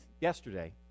yesterday